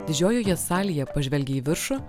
didžiojoje salėje pažvelgę į viršų